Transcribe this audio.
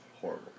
horrible